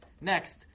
Next